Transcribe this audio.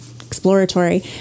exploratory